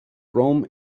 rome